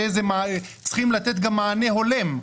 שצריכים גם לתת מענה הולם.